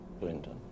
Clinton